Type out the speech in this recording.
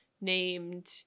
named